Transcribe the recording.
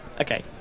Okay